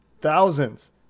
thousands